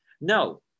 No